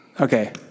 Okay